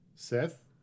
Seth